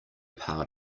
part